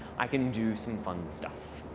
i can do some fun stuff.